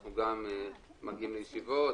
אנחנו מגיעים לישיבות,